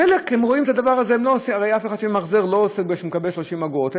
הרי מי שממחזר לא עושה את זה בגלל שהוא מקבל 30 אגורות,